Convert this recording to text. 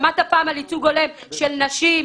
שמעת פעם על ייצוג הולם של נשים,